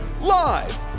Live